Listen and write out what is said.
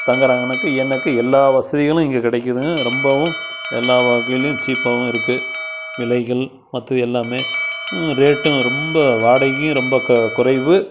தங்கறாங்கனாக்க எனக்கு எல்லா வசதிகளும் இங்கே கிடைக்கிது ரொம்பவும் எல்லா வகையிலும் சீப்பாகவும் இருக்குது விலைகள் மற்ற எல்லாமே ரேட்டும் ரொம்ப வாடகையும் ரொம்ப குறைவு